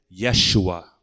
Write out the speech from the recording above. Yeshua